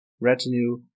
retinue